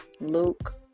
Luke